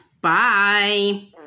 Bye